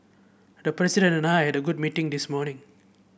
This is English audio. the President and I had a very good meeting this morning